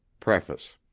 preface